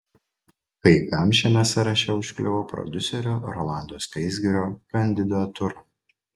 kai kam šiame sąraše užkliuvo prodiuserio rolando skaisgirio kandidatūra